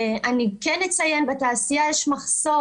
אני כן אציין שבתעשייה יש מחסור,